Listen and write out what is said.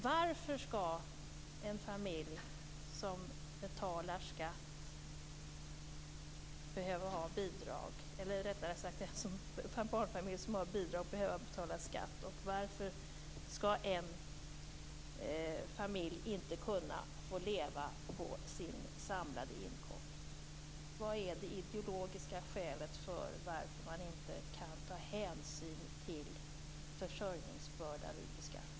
Varför skall en barnfamilj som har bidrag behöva betala skatt? Varför skall en familj inte kunna leva på sin samlade inkomst? Vilket är det ideologiska skälet till att man inte kan ta hänsyn till försörjningsbörda vid beskattning?